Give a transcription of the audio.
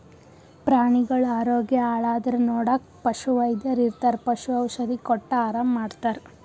ಪ್ರಾಣಿಗಳ್ ಆರೋಗ್ಯ ಹಾಳಾದ್ರ್ ನೋಡಕ್ಕ್ ಪಶುವೈದ್ಯರ್ ಇರ್ತರ್ ಪಶು ಔಷಧಿ ಕೊಟ್ಟ್ ಆರಾಮ್ ಮಾಡ್ತರ್